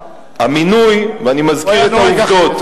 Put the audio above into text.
הוא היה נוהג אחרת.